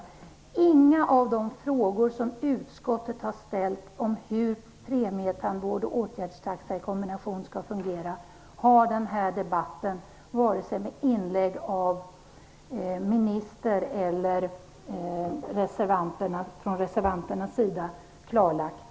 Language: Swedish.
Debatten har vare sig genom inlägg av minister eller reservanter med ett ord klarlagt någon av de frågor som utskottet har ställt om hur premietandvård och åtgärdstaxa i kombination skall fungera.